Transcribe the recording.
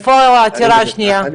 איפה העתירה השנייה?